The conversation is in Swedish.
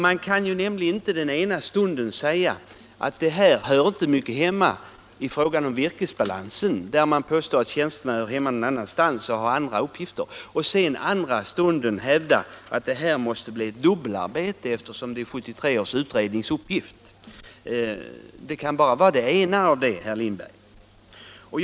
Man kan nämligen inte i den ena stunden säga att detta inte hör hemma i frågor om virkesbalansen, och påstå att tjänsterna hör hemma någon annanstans, och sedan i den andra stunden hävda att det här måste bli fråga om ett dubbelarbete, eftersom det hela är 1973 års utrednings uppgift. Det kan bara vara fråga om det ena, herr Lindberg.